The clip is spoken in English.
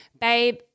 babe